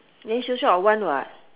then still short of one [what]